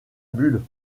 bulles